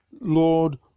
Lord